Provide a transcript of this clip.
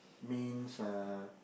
means uh